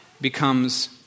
becomes